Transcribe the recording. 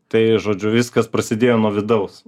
tai žodžiu viskas prasidėjo nuo vidaus